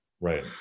right